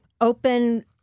open